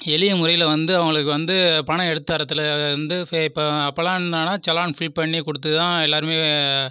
எளிய முறையில் வந்து அவங்களுக்கு வந்து பணம் எடுத்து தர்றதுக்காக வந்து இப்போ அப்போலாம் என்னென்னா செல்லான் ஃபில் பண்ணி கொடுத்துதான் எல்லோருமே